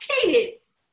kids